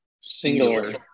single